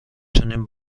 تونیم